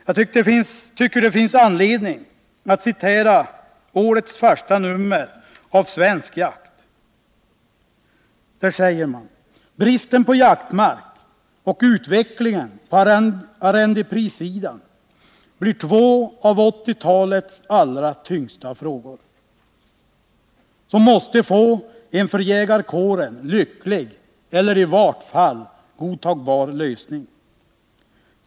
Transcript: Jag tycker det finns anledning att citera vad som sägs i årets första nummer av Svensk Jakt: ”Bristen på jaktmark och utvecklingen på arrendeprissidan blir två av 80-talets allra tyngsta frågor, som måste få en för jägarkåren lycklig eller i vart fall godtagbar lösning.